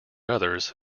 others